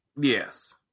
yes